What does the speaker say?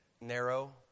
narrow